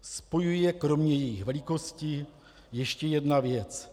Spojuje je kromě jejich velikosti ještě jedna věc.